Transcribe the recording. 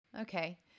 Okay